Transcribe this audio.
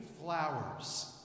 flowers